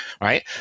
right